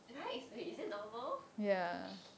right wait is it normal